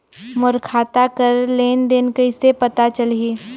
मोर खाता कर लेन देन कइसे पता चलही?